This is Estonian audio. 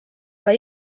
aga